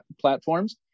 platforms